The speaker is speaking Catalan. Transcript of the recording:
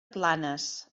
planes